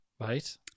Right